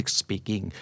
speaking